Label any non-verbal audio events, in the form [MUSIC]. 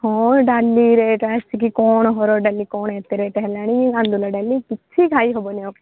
ହଁ ଡାଲି ରେଟ୍ ଆସିକି କ'ଣ ହରଡ଼ ଡାଲି କ'ଣ ଏତେ ରେଟ୍ ହେଲାଣି [UNINTELLIGIBLE] ଡାଲି କିଛି ଖାଇ ହେବନି ଆଉ